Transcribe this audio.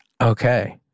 Okay